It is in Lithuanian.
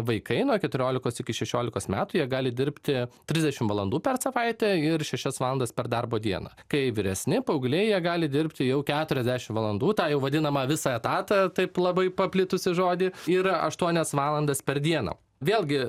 vaikai nuo keturiolikos iki šešiolikos metų jie gali dirbti trisdešim valandų per savaitę ir šešias valandas per darbo dieną kai vyresni paaugliai jie gali dirbti jau keturiasdešim valandų tą jau vadinamą visą etatą taip labai paplitusį žodį ir aštuonias valandas per dieną vėlgi